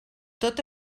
tot